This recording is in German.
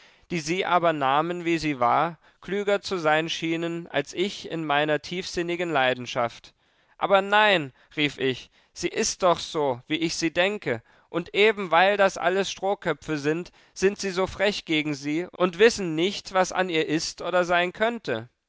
die sie aber nahmen wie sie war klüger zu sein schienen als ich in meiner tiefsinnigen leidenschaft aber nein rief ich sie ist doch so wie ich sie denke und eben weil das alles strohköpfe sind sind sie so frech gegen sie und wissen nicht was an ihr ist oder sein könnte